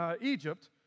Egypt